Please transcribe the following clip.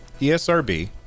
ESRB